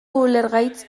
ulergaitz